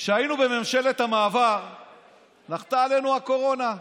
כשהיינו בממשלת המעבר נחתה עלינו הקורונה.